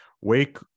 Wake